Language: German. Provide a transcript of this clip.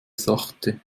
sachte